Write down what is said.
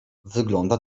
wygląda